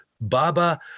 baba